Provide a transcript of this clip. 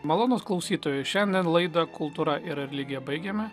malonūs klausytojai šiandien laidą kultūra ir religija baigiame